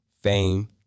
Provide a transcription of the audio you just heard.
fame